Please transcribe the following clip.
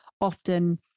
often